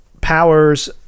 powers